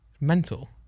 mental